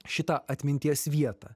šitą atminties vietą